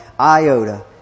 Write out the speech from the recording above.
iota